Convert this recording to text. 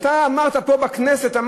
אתה אמרת פה בכנסת,